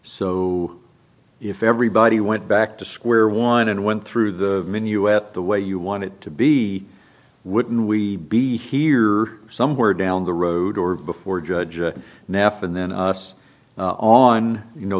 so if everybody went back to square one and went through the minuet the way you want it to be wouldn't we be here somewhere down the road or before a judge or a nap and then us on you know